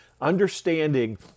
understanding